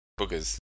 boogers